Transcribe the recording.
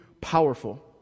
powerful